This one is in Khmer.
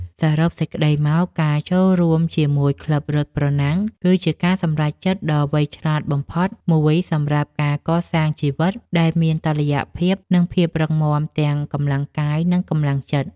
សរុបសេចក្ដីមក ការចូលរួមជាមួយក្លឹបរត់ប្រណាំង គឺជាការសម្រេចចិត្តដ៏វៃឆ្លាតបំផុតមួយសម្រាប់ការកសាងជីវិតដែលមានតុល្យភាព និងភាពរឹងមាំទាំងកម្លាំងកាយនិងកម្លាំងចិត្ត។